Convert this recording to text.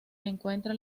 encuentra